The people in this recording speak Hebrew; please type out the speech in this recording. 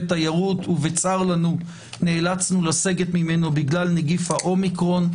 תיירות ובצר לנו נאלצנו לסגת ממנו בגלל נגיף האומיקורן.